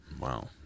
Wow